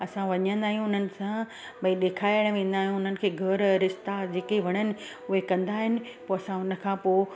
असां वञंदा आहियूं उन्हनि सां भई ॾेखारणु वेंदा आहियूं उन्हनि खे घर ऐं रिश्ता जेके वणनि उहे कंदा आहिनि पोइ असां उन खां पोइ